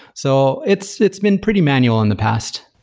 so, it's it's been pretty manual in the past.